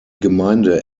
gemeinde